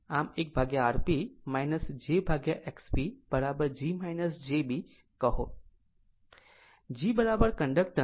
આમ 1Rp jXP g j b કહો